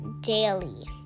daily